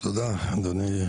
תודה אדוני,